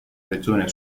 regione